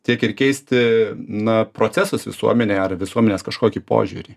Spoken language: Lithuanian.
tiek ir keisti na procesus visuomenėj ar visuomenės kažkokį požiūrį